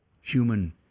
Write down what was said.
human